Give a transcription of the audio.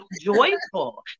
joyful